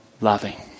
loving